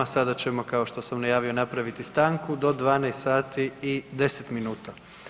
Sada ćemo, kao što sam najavio, napraviti stanku do 12 sati i 10 minuta.